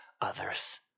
others